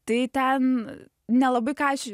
tai ten nelabai ką aš